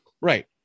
right